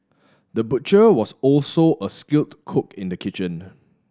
the butcher was also a skilled cook in the kitchen